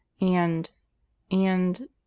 And—and—